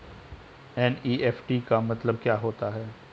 NEFT का मतलब क्या होता है?